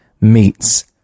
meets